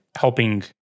helping